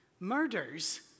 Murders